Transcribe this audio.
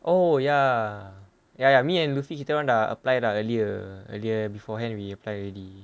oh ya ya ya me and loofy kita orang dah apply dah earlier earlier beforehand we apply already